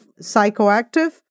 psychoactive